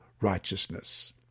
righteousness